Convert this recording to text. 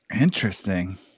Interesting